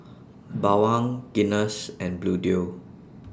Bawang Guinness and Bluedio